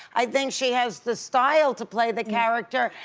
i think she has the style to play the character,